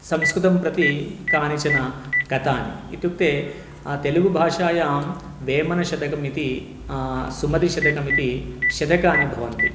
संस्कृतं प्रति काश्चन कथाः इत्युक्ते तेलुगुभाषायां वेमनशतकम् इति सुमदिशतकम् इति शतकानि भवन्ति